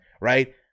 Right